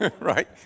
right